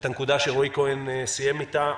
את הנקודה שרועי כהן סיים איתה.